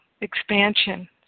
expansion